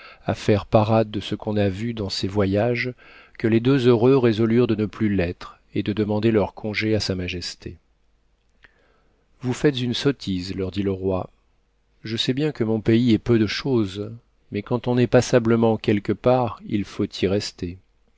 à faire parade de ce qu'on a vu dans ses voyages que les deux heureux résolurent de ne plus l'être et de demander leur congé à sa majesté vous faites une sottise leur dit le roi je sais bien que mon pays est peu de chose mais quand on est passablement quelque part il faut y rester